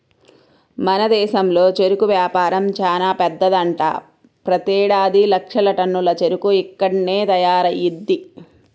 మన దేశంలో చెరుకు వ్యాపారం చానా పెద్దదంట, ప్రతేడాది లక్షల టన్నుల చెరుకు ఇక్కడ్నే తయారయ్యిద్ది